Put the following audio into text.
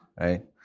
right